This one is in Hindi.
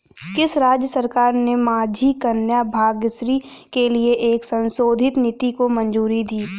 किस राज्य सरकार ने माझी कन्या भाग्यश्री के लिए एक संशोधित नीति को मंजूरी दी है?